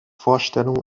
vorstellung